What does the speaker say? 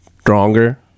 stronger